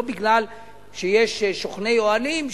לא מפני שיש שוכני אוהלים,